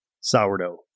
Sourdough